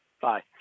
Bye